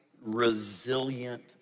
resilient